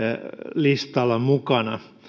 listalla mukana